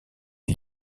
est